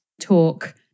talk